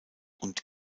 und